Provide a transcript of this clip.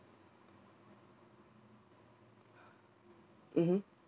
mmhmm